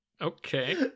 okay